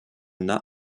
not